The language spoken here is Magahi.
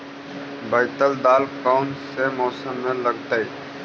बैतल दाल कौन से मौसम में लगतैई?